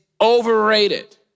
overrated